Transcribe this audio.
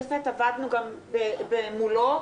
עבדנו גם מול ערוץ הכנסת,